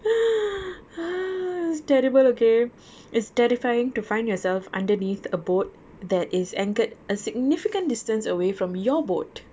it was terrible okay it's terrifying to find yourself underneath a boat that is anchored a significant distance away from your boat